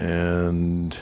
and